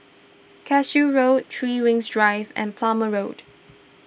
Cashew Road three Rings Drive and Plumer Road